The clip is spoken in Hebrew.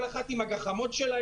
כל אחת עם הגחמות שלה,